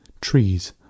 TREES